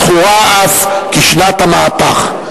הזכורה אז כשנת המהפך.